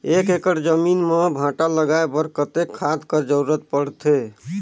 एक एकड़ जमीन म भांटा लगाय बर कतेक खाद कर जरूरत पड़थे?